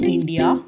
India